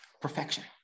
perfection